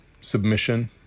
submission